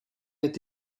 est